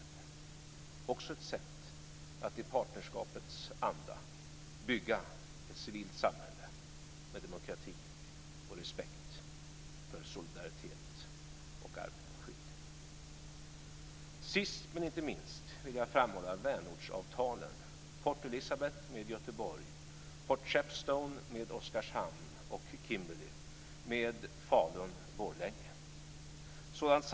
Det är också ett sätt att i partnerskapets anda bygga ett civilt samhälle med demokrati och respekt för solidaritet och arbetarskydd. Sist, men inte minst, vill jag framhålla vänortsavtalen. Port Elizabeth med Göteborg, Port Shepstone med Oskarshamn och Kimberley med Falun-Borlänge.